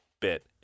Bit